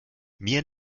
mir